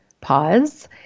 pause